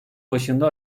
başında